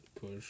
push